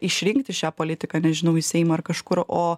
išrinkti šią politiką nežinau į seimą ar kažkur o